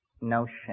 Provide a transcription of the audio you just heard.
notion